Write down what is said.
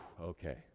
Okay